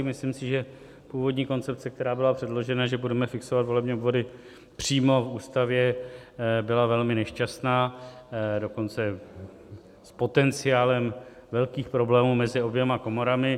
Myslím si, že původní koncepce, která byla předložena, že budeme fixovat volební obvody přímo v ústavě, byla velmi nešťastná, dokonce s potenciálem velkých problémů mezi oběma komorami.